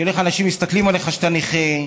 של איך אנשים מסתכלים עליך כשאתה נכה,